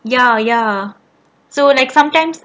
ya ya so like sometimes